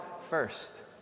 first